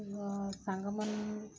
ସାଙ୍ଗମାନ